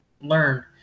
learn